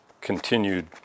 continued